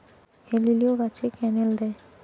হেলিলিও গাছে ক্যানেল দেয়?